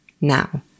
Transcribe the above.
Now